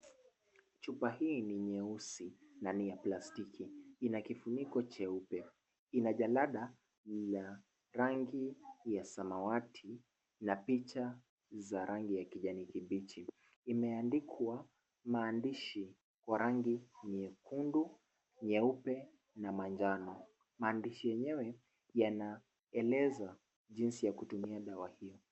Chupa hii ni nyeusi na ni ya plastiki ina kifuniko jeupe ina jalada ya rangi ya samawati na picha ya rangi ya kijani kipiji imeandikwa mandishi kwa rangi nyekundu, nyeupe na manjano Maandishi yenyewe yanaeleza jinsi ya kutumia dawa hiyo.